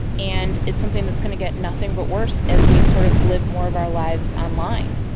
and it's something that's going to get nothing but worse as we sort of live more of our lives online.